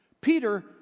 Peter